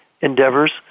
endeavors